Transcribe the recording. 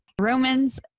Romans